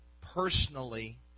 personally